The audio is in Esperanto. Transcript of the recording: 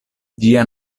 ĝia